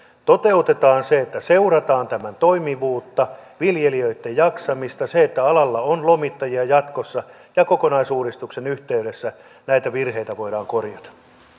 toteutetaan se että seurataan tämän toimivuutta viljelijöitten jaksamista sitä että alalla on lomittajia jatkossa ja kokonaisuudistuksen yhteydessä näitä virheitä voidaan korjata